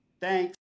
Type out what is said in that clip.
Thanks